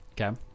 Okay